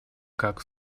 как